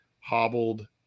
hobbled